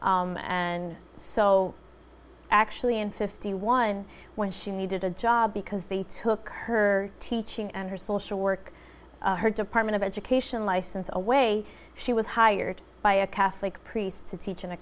and so actually in fifty one when she needed a job because they took her teaching and her social work her department of education license away she was hired by a catholic priest to teach in a